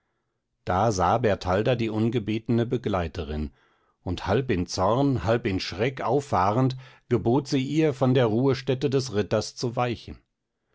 da sah bertalda die ungebetene begleiterin und halb in zorn halb in schreck auffahrend gebot sie ihr von der ruhestätte des ritters zu weichen